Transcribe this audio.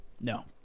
No